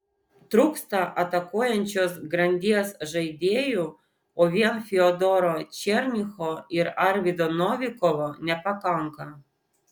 trūksta atakuojančios grandies žaidėjų o vien fiodoro černycho ir arvydo novikovo nepakanka